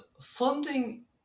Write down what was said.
funding